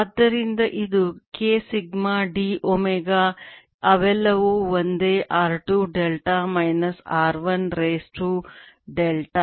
ಆದ್ದರಿಂದ ಇದು k sigma d omega ಅವೆಲ್ಲವೂ ಒಂದೇ r 2 delta minus r 1 raise to delta